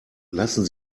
lassen